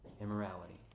immorality